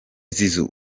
zizou